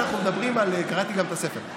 קראתי גם את הספר.